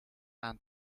aan